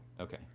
Okay